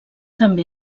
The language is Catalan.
també